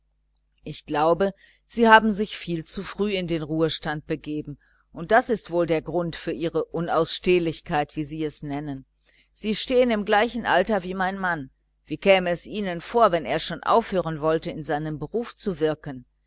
ich glaube sie haben sich viel zu frühe in den ruhestand begeben und das ist wohl der grund für ihre unausstehlichkeit wie sie es nennen sie stehen im gleichen alter wie mein mann wie käme es ihnen vor wenn er schon aufhören wollte in seinem beruf zu wirken